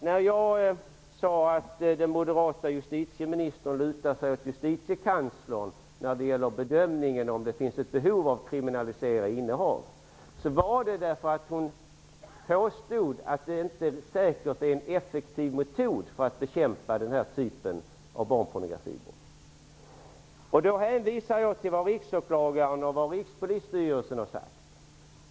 När jag sade att den moderata justitieministern lutar sig mot Justitiekanslern när det gäller bedömningen av om det finns ett behov av att kriminalisera innehav, berodde det på att hon påstod att det inte är säkert att det är en effektiv metod för att bekämpa den här typen av barnpornografibrott. Då hänvisade jag till vad Riksåklagaren och Rikspolisstyrelsen har sagt.